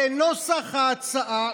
כנוסח ההצעה,